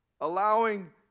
allowing